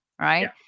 right